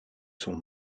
sont